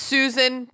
Susan